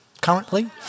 currently